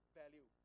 value